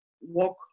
walk